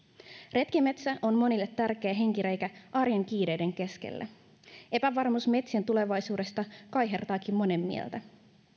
retkimetsä on monille tärkeä henkireikä arjen kiireiden keskellä epävarmuus metsien tulevaisuudesta kaihertaakin monen mieltä